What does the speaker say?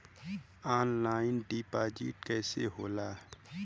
Online deposit कैसे होला?